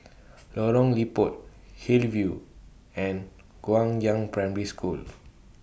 Lorong Liput Hillview and Guangyang Primary School